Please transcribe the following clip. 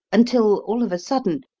until, all of a sudden,